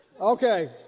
Okay